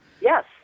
yes